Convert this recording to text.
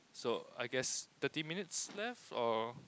so I guess thirty minutes left or